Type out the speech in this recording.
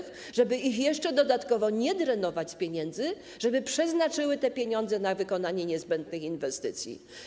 Chodzi o to, żeby ich jeszcze dodatkowo nie drenować z pieniędzy i żeby przeznaczyły te pieniądze na wykonanie niezbędnych inwestycji.